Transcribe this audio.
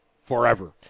forever